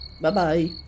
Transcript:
bye-bye